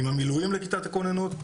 עם המילואים לכיתת הכוננות.